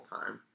time